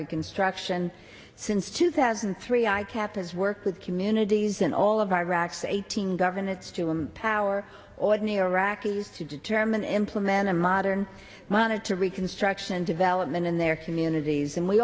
reconstruction since two thousand and three i kept as worked with communities in all of iraq's eighteen govern it's to empower ordinary iraqis to determine implementing modern monitor reconstruction and development in their communities and we